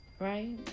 right